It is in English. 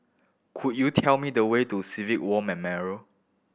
could you tell me the way to Civilian War Memorial